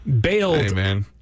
bailed